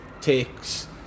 takes